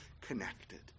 connected